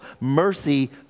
mercy